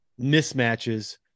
mismatches